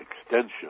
extension